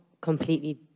completely